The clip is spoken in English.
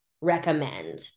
recommend